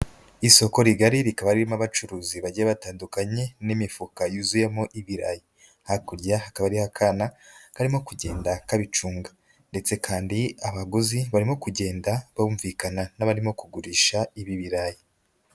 Isoko rigari rikaba ririmo abacuruzi bagiye batandukanye n'imifuka yuzuyemo ibirayi, hakurya hakaba hari akana karimo kugenda kabicunga ndetse kandi abaguzi barimo kugenda bumvikana n'abarimo kugurisha ibi birarayi.